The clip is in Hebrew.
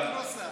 תעלה אותו בזום.